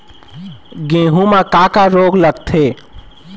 गेहूं म का का रोग लगथे?